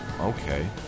okay